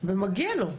ומגיע לו.